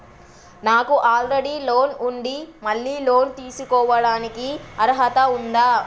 నాకు already loan ఉండి మళ్ళీ లోన్ తీసుకోవడానికి అర్హత ఉందా?